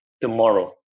tomorrow